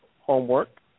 homework